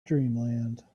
dreamland